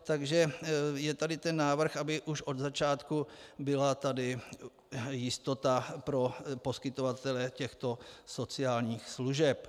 Takže je tady návrh, aby už od začátku tady byla jistota pro poskytovatele těchto sociálních služeb.